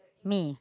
me